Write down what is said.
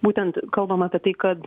būtent kalbama apie tai kad